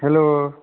hello